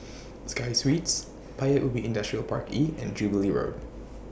Sky Suites Paya Ubi Industrial Park E and Jubilee Road